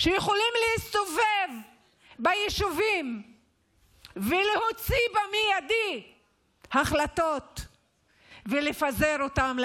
הם יכולים להסתובב ביישובים ולהוציא החלטות מיידיות ולפזר אותן לאנשים,